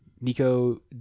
Nico